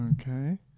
Okay